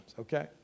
Okay